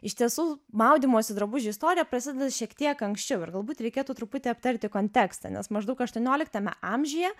iš tiesų maudymosi drabužių istorija prasideda šiek tiek anksčiau ir galbūt reikėtų truputį aptarti kontekstą nes maždaug aštuonioliktame amžiuje